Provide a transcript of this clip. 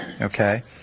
okay